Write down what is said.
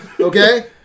Okay